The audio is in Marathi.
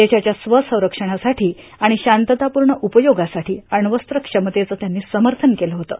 देशाच्या स्वःसंरक्षणासाठी आणि शांततापूर्ण उपयोगासाठी अण्वस्त्रक्षमतेचं त्यांनी समर्थन केलं होतं